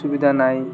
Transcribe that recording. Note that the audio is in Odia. ସୁବିଧା ନାଇଁ